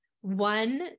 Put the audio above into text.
one